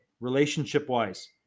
relationship-wise